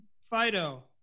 Fido